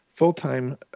full-time